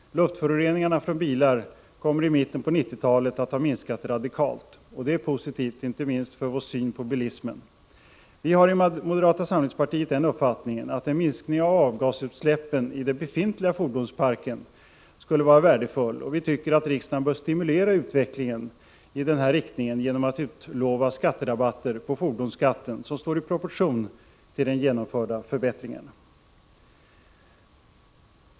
Luftföroreningarna från bilar kommer i mitten på 1990-talet att ha minskat radikalt. Detta är positivt, inte minst för vår syn på bilismen. Vi har i moderata samlingspartiet den uppfattningen att en minskning av avgasutsläppen i den befintliga fordonsparken skulle vara värdefull, och vi tycker att riksdagen bör stimulera utvecklingen i denna riktning genom att utlova skatterabatter på fordonsskatten, som står i proportion till den genomförda förbättringen.